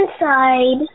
inside